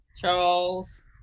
Charles